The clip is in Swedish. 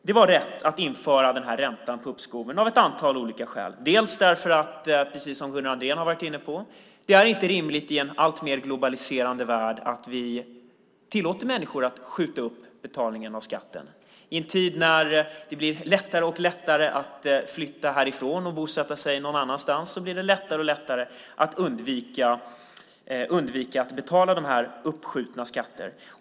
Det var rätt att införa denna ränta på uppskoven av ett antal olika skäl. Precis som Gunnar Andrén har varit inne på är det inte rimligt i en alltmer globaliserad värld att vi tillåter människor att skjuta upp betalningen av skatten. I en tid när det blir lättare och lättare att flytta härifrån och bosätta sig någon annanstans blir det också lättare och lättare att undvika att betala den uppskjutna skatten.